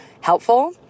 helpful